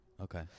Okay